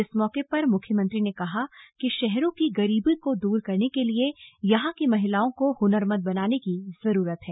इस मौके पर मुख्यमंत्री ने कहा कि शहरों की गरीबी को दूर करने के लिए यहां की महिलाओं को हुनरमंद बनाने की जरूरत है